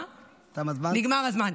נגמר הזמן.